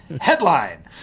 Headline